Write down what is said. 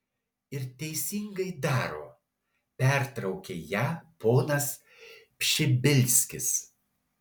ir teisingai daro pertraukė ją ponas pšibilskis